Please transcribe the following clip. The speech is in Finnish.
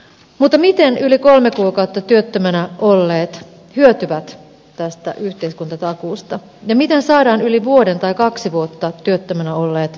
mutta miten yli kolme kuukautta työttömänä olleet hyötyvät tästä yhteiskuntatakuusta ja miten saadaan yli vuoden tai kaksi vuotta työttömänä olleet aktivoitua